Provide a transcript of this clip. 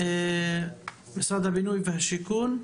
משרד הבינוי והשיכון,